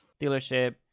dealership